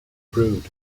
brood